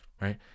Right